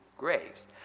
graves